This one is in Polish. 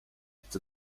chcę